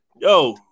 Yo